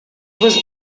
was